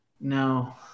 No